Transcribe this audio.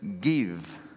give